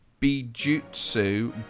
Bijutsu